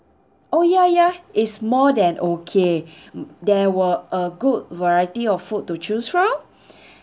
oh ya ya is more than okay there were a good variety of food to choose from